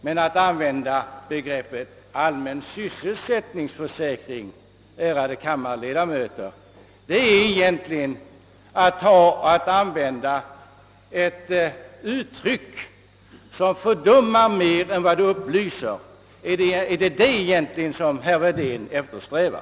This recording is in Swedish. Men att använda begreppet allmän sysselsättningsförsäkring, ärade kammarledamöter, är verkligen att använda ett uttryck som fördummar mer än det upplyser. Är det egentligen detta som herr Wedén eftersträvar?